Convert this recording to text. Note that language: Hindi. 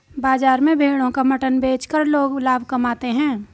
बाजार में भेड़ों का मटन बेचकर लोग लाभ कमाते है